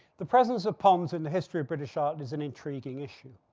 the presence of ponds in the history of british art is an intriguing issue.